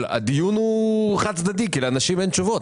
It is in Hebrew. הדיון הוא חד צדדי כי לאנשים אין תשובות.